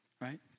right